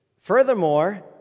Furthermore